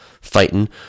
fighting